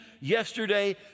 yesterday